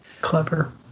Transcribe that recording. Clever